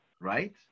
right